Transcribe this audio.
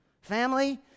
Family